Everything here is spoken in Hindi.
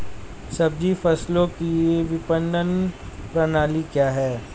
सब्जी फसलों की विपणन प्रणाली क्या है?